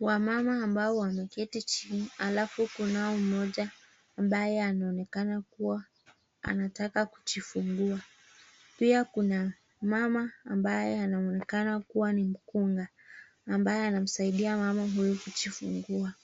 Wamama ambao wameketi chini, alafu kunao mmoja ambaye anaonekana kuwa anataka kujifungua. Pia kuna mama ambaye anaonekana kuwa ni mkunga ambaye anamsaidia mama huyu kujifungua.